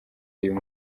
uyu